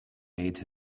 made